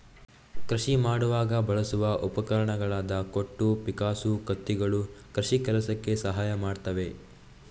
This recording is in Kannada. ಕೃಷಿ ಮಾಡುವಾಗ ಬಳಸುವ ಉಪಕರಣಗಳಾದ ಕೊಟ್ಟು, ಪಿಕ್ಕಾಸು, ಕತ್ತಿಗಳು ಕೃಷಿ ಕೆಲಸಕ್ಕೆ ಸಹಾಯ ಮಾಡ್ತವೆ